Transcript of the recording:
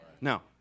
Now